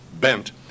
bent